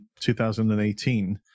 2018